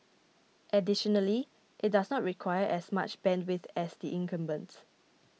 additionally it does not require as much bandwidth as the incumbents